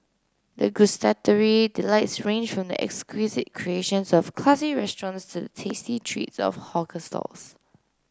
the gustatory delights range from the exquisite creations of classy restaurants to tasty treats of hawker stalls